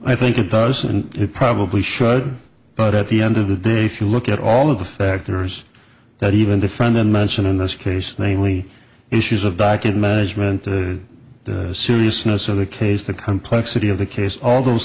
i think it does and it probably should but at the end of the day if you look at all of the factors that even the friend then mentioned in this case namely issues of docket measurement the seriousness of the case the complexity of the case all those